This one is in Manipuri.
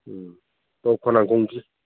ꯎꯝ ꯇꯣꯞ ꯈꯣꯡꯅꯥꯡꯃꯈꯣꯡꯁꯤ